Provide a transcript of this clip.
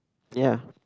ya